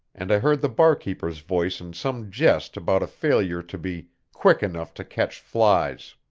and i heard the barkeeper's voice in some jest about a failure to be quick enough to catch flies.